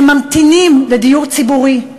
הם ממתינים לדיור ציבורי.